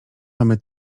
mamy